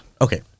okay